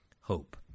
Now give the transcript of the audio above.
hope